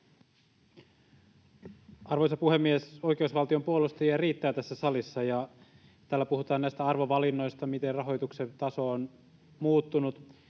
Arvoisa puhemies! Oikeusvaltion puolustajia riittää tässä salissa, ja täällä puhutaan näistä arvovalinnoista, miten rahoituksen taso on muuttunut.